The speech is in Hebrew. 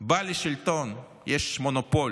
שבו לשלטון יש מונופול